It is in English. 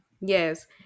Yes